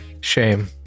shame